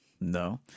No